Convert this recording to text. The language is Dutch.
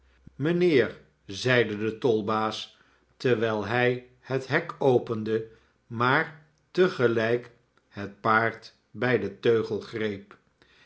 mijnheer zeide de tolbaas terwijl hij het hek opende maar te gelijk het paard bij den teugel greep